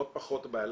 זאת פחות בעיה.